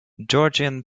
georgian